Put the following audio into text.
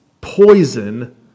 poison